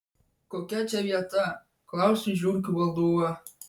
kokia čia vieta klausiu žiurkių valdovą